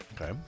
Okay